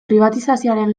pribatizazioaren